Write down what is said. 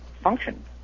function